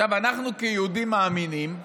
עכשיו אנחנו כיהודים מאמינים,